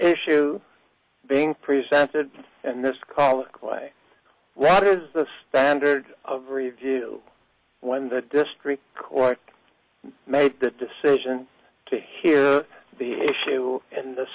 issue being presented and this call clay why did the standard of review when that district court made that decision to hear the issue in the